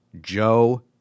Joe